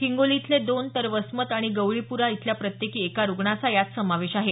हिंगोली इथले दोन तर वसमत आणि गवळीप्रा इथल्या प्रत्येकी एका रुग्णांचा यात समावेश आहे